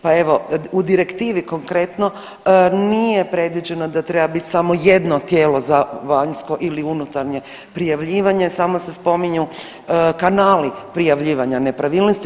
Pa, evo u direktivi konkretno nije predviđeno da treba biti samo jedno tijelo za vanjsko ili unutarnje prijavljivanje, samo se spominju kanali prijavljivanja nepravilnosti.